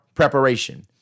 Preparation